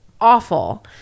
awful